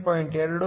2 0